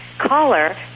caller